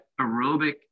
aerobic